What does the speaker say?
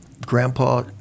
grandpa